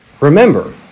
Remember